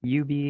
UB